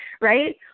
right